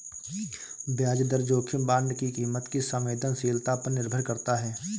ब्याज दर जोखिम बांड की कीमत की संवेदनशीलता पर निर्भर करता है